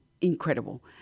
incredible